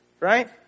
right